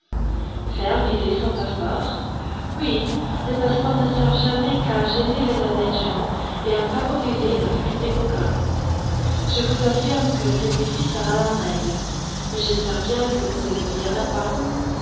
faire viser son passeport oui les passeports ne servent jamais qu'à gêner les honnêtes gens et à favoriser la fuite des coquins je vous affirme que celui-ci sera en règle mais j'espère bien que vous ne le viserez pas